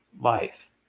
life